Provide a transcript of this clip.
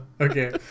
Okay